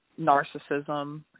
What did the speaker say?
narcissism